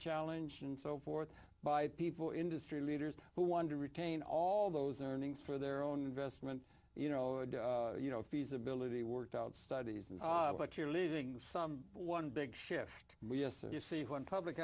challenge and so forth by people industry leaders who wonder retain all those earnings for their own investment you know you know feasibility worked out studies and but you're leaving some one big shift you see one public